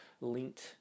linked